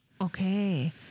Okay